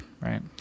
Right